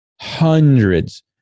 hundreds